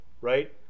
right